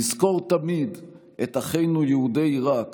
נזכור תמיד את אחינו יהודי עיראק